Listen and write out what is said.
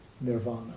Nirvana